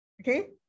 Okay